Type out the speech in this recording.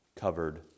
covered